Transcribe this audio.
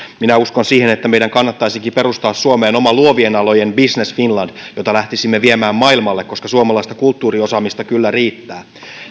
minä uskon siihen että meidän kannattaisikin perustaa suomeen oma luovien alojen business finland jota lähtisimme viemään maailmalle koska suomalaista kulttuuriosaamista kyllä riittää